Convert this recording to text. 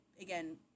again